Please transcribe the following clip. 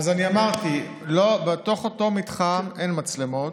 אז אני אמרתי, בתוך אותו מתחם אין מצלמות.